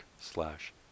slash